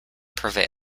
prevail